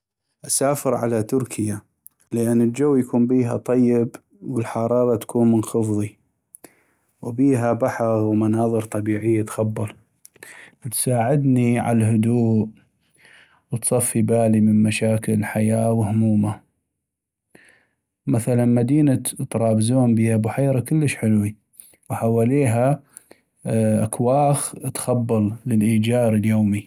اسافر على تركيا ، لأن الجو يكون بيها طيب والحرارة تكون منخفضي ، وبيها بحغ ومناظر طبيعيي تخبل ، تساعدني عالهدوء وتصفي بالي من مشاكل الحياة وهمومها ، مثلاً مدينة طرابزون بيها بحيرة كلش حلوي وحوليها أكواخ تخبل للايجار اليومي.